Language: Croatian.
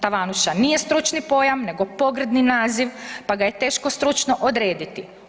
Tavanuša nije stručni pojam nego pogrdni naziv pa ga je teško stručno odrediti.